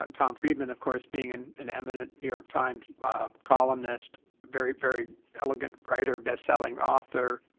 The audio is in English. and tom friedman, of course, being an an eminent new york times columnist very, very elegant writer, best-selling author,